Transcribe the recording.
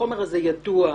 שהחומר הזה ידוע,